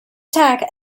tag